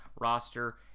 roster